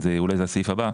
אולי זה הסעיף הבא,